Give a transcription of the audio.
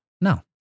No